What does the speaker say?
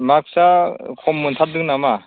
मार्क्सआ खम मोनथारदों नामा